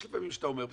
יש פעמים שאתה אומר,